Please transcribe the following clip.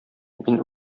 мин